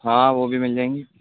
ہاں وہ بھی مل جائیں گی